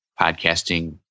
podcasting